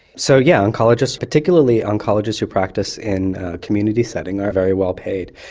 so yeah oncologists, particularly oncologist who practice in a community setting are very well paid.